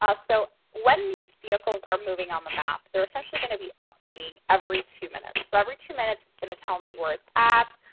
ah so when these vehicles are moving on the map, they're essentially going to be updating every two minutes. so every two minutes it's going to tell me where it's at,